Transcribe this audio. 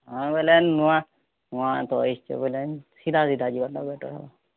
ହଁ ବୋଲେ ନୂଆ ନୂଆ ପଲେଇଆସ୍ଛ ବୋଲେ ସିଧା ସିଧା ଯିବାଟା ବେଟର୍ ହେବ